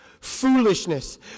foolishness